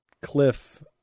cliff